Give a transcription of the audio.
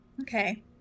okay